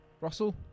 Russell